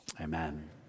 amen